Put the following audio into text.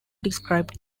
described